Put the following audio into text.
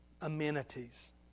amenities